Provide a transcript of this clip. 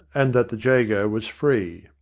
and that the jago was free.